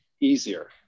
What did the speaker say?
easier